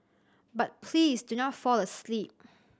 but please do not fall asleep